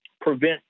prevent